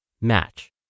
Match